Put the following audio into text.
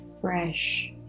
fresh